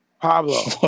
Pablo